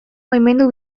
baimendu